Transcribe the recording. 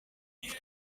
umwana